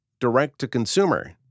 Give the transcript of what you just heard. Direct-to-Consumer